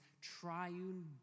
triune